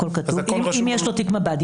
הכל כתוב אם יש לו תיק מב"ד.